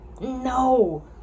No